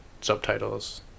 subtitles